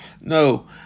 No